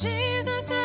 Jesus